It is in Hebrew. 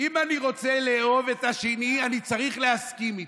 אם אני רוצה לאהוב את השני אני צריך להסכים איתו,